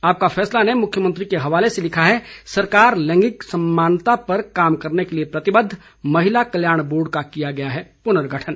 आपका फैसला ने मुख्यमंत्री के हवाले से लिखा है सरकार लैंगिक समानता पर काम करने के लिये प्रतिबद्ध महिला कल्याण बोर्ड का किया गया है पुनर्गठन